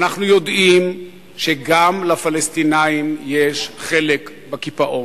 אנחנו יודעים שגם לפלסטינים יש חלק בקיפאון.